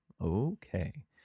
Okay